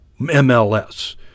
MLS